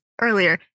earlier